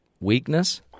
weakness